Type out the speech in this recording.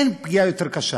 אין פגיעה יותר קשה.